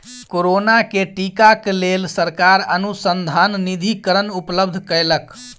corona के टीका क लेल सरकार अनुसन्धान निधिकरण उपलब्ध कयलक